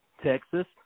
Texas